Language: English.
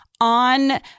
on